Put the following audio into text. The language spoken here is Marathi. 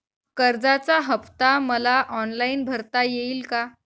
कर्जाचा हफ्ता मला ऑनलाईन भरता येईल का?